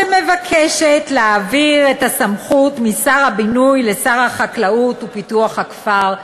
שמבקשת להעביר את הסמכות משר הבינוי לשר החקלאות ופיתוח הכפר,